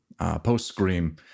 Post-Scream